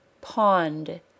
Pond